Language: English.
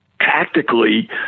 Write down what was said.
tactically